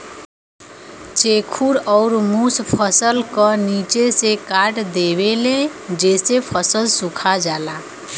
चेखुर अउर मुस फसल क निचे से काट देवेले जेसे फसल सुखा जाला